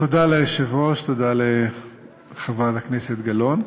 תודה ליושב-ראש, תודה לחברת הכנסת גלאון.